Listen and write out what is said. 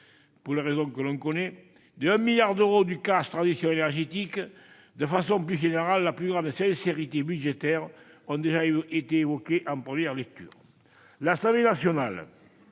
pour les raisons que l'on connaît, celle de 1 milliard d'euros du CAS « Transition énergétique » et, de façon plus générale, la plus grande sincérité budgétaire ont déjà été soulignées en première lecture. L'Assemblée nationale